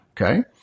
okay